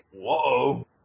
Whoa